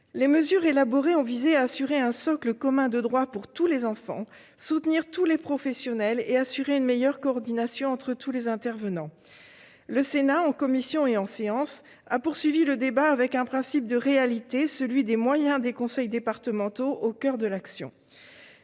Les mesures élaborées ont visé à assurer un socle commun de droits pour tous les enfants, à soutenir tous les professionnels et à assurer une meilleure coordination entre tous les intervenants. Le Sénat, en commission et en séance, a poursuivi le débat en gardant pour guide un principe de réalité, celui des moyens des conseils départementaux, qui sont au coeur de l'action.